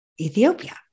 Ethiopia